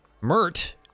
Mert